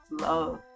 Love